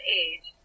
age